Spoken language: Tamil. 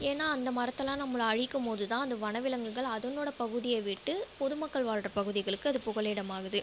ஏன்னா அந்த மரத்தெலாம் நம்மளாம் அழிக்கும் போதுதான் அந்த வனவிலங்குகள் அவங்களோட பகுதியை விட்டு பொதுமக்கள் வாழ்கிற பகுதிகளுக்கு அது புகழிடமாகுது